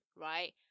right